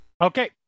Okay